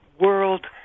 world